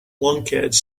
lunkheads